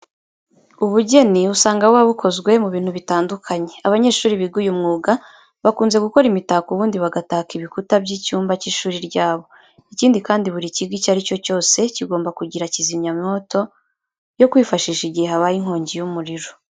Ubugeni usanga buba bukozwe mu bintu bitandukanye. Abanyeshuri biga uyu mwuga bakunze gukora imitako ubundi bagataka ibikuta by'icyumba cy'ishuri ryabo. Ikindi kandi buri kigo icyo ari cyo cyose kigomba kugira kizimyamoto yo kwifashisha igihe habaye inkongi y'umuriro.